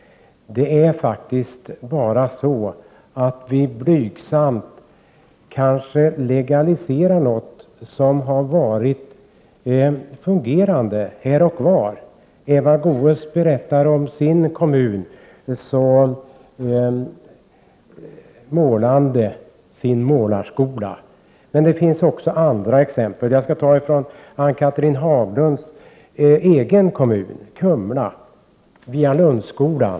Det är faktiskt bara så att vi blygsamt kanske legaliserar något som har varit fungerande här och var. Eva Goés berättar så målande om sin kommun och sin kulturskola. Det finns emellertid andra exempel. Jag skall ta ett exempel ifrån Ann-Cathrine Haglunds egen kommun Kumla: Vialundskolan.